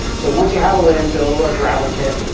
so once you have a landfill or a gravel pit,